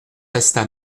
resta